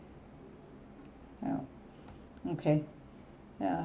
ya okay ya